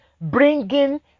bringing